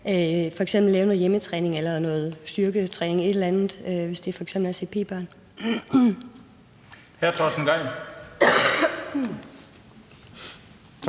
f.eks. lave noget hjemmetræning eller noget styrketræning eller et eller andet, hvis det f.eks. er CP-børn. Kl. 19:48 Den fg.